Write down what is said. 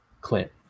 Clint